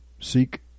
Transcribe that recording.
seek